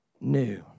new